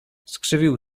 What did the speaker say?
skrzywił